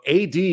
AD